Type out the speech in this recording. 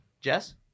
Jess